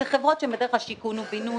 אלה חברות שבדרך כלל שיכון ובינוי,